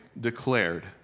declared